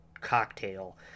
cocktail